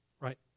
Right